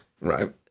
Right